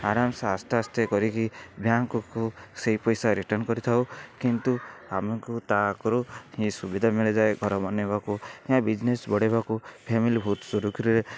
ଆରାମସେ ଆସ୍ତେ ଆସ୍ତେ କରିକି ବ୍ୟାଙ୍କକୁ ସେଇ ପଇସା ରିଟର୍ଣ୍ଣ କରିଥାଉ କିନ୍ତୁ ଆମକୁ ତା ଆଗରୁ ହିଁ ସୁବିଧା ମିଳିଯାଏ ଘର ବନାଇବାକୁ ଏହା ବିଜନେସ୍ ବଢ଼ାଇବାକୁ ଫ୍ୟାମିଲି ବହୁତ ସୁରୁଖୁରୁରେ